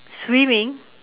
swimming